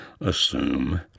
assume